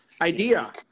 idea